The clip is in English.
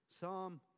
Psalm